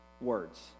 words